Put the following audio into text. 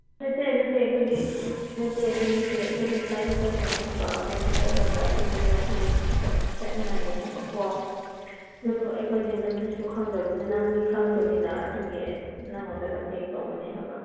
ꯅꯠꯇꯦ ꯅꯠꯇꯦ ꯑꯩꯈꯣꯏꯗꯤ ꯅꯠꯇꯦ ꯑꯗꯨ ꯅꯠꯇꯦ ꯑꯩꯈꯣꯏꯗꯤ ꯐ꯭ꯂꯥꯏꯠꯇ ꯆꯠꯀꯅꯤ ꯍꯥꯏꯕ ꯐ꯭ꯂꯥꯏꯠꯇ ꯆꯠꯂꯒ ꯑꯗꯨ ꯁꯦꯟꯗ꯭ꯔꯥ ꯇꯨꯔꯤꯁ ꯆꯠꯅꯤꯡꯉꯥꯏꯅꯤ ꯍꯥꯏꯕꯀꯣ ꯑꯗꯨ ꯑꯩꯈꯣꯏꯗꯤ ꯂꯝꯕꯤꯁꯨ ꯈꯪꯗꯕꯅꯤꯅ ꯅꯪꯗꯤ ꯈꯪꯕꯅꯤꯅ ꯑꯗꯨꯒꯤ ꯅꯉꯣꯟꯗ ꯀꯟꯇꯦꯛ ꯇꯧꯕꯅꯤ ꯍꯥꯏꯕ